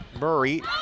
Murray